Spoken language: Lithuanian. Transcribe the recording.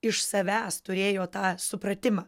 iš savęs turėjo tą supratimą